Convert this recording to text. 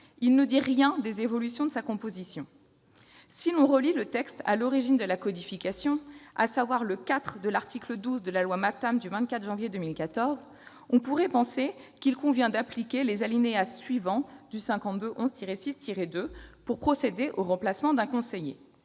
Il ne dit rien des évolutions de sa composition. Si l'on relit le texte à l'origine de la codification, à savoir le IV de l'article 12 de la loi Maptam du 24 janvier 2014, on pourrait penser qu'il convient d'appliquer les alinéas suivants de l'article L. 5211-6-2 pour procéder au remplacement d'un conseiller.